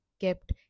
kept